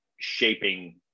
shaping